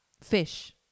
fish